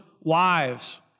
wives